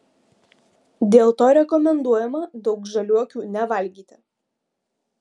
dėl to rekomenduojama daug žaliuokių nevalgyti